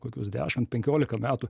kokius dešim penkiolika metų